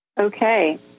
Okay